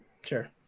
sure